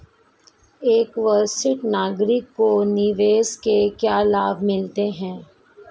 एक वरिष्ठ नागरिक को निवेश से क्या लाभ मिलते हैं?